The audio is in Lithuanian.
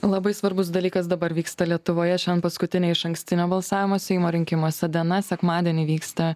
labai svarbus dalykas dabar vyksta lietuvoje šiandien paskutinė išankstinio balsavimo seimo rinkimuose diena sekmadienį vyksta